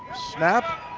snap,